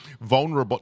vulnerable